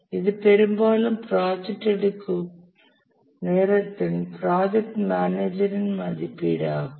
இது பெரும்பாலும் ப்ராஜெக்ட் எடுக்கும் நேரத்தின் ப்ராஜெக்ட் மேனேஜரின் மதிப்பீடாகும்